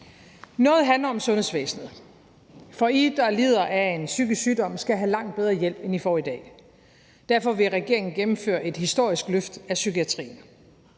Noget handler om sundhedsvæsenet. I, der lider af en psykisk sygdom, skal have langt bedre hjælp, end I får i dag. Derfor vil regeringen gennemføre et historisk løft af psykiatrien.